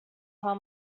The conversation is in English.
how